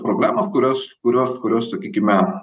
problemos kurios kurios kurios sakykime